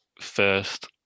first